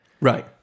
Right